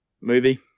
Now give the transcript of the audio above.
movie